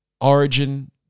origin